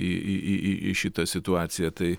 į į į šitą situaciją tai